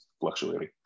fluctuating